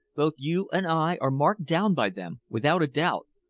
both you and i are marked down by them, without a doubt.